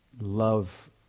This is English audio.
love